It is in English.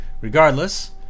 regardless